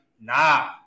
Nah